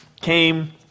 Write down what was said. came